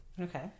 okay